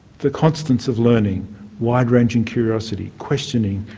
the constants of learning wide-ranging curiosity, questioning,